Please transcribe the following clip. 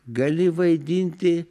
gali vaidinti